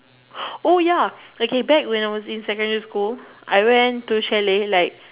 oh ya back when I was in secondary school I went to chalet like